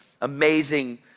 amazing